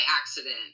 accident